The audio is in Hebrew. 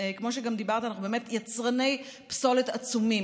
כמו שאמרת, אנחנו יצרני פסולת עצומים.